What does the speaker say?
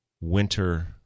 winter